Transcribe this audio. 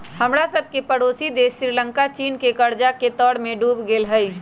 हमरा सभके पड़ोसी देश श्रीलंका चीन के कर्जा के तरमें डूब गेल हइ